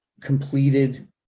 completed